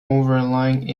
overlying